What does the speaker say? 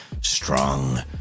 strong